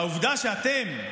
והעובדה שאתם,